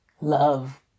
love